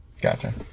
Gotcha